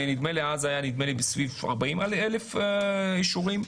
ונדמה שאז היו בסביבות 40,000 אישורים.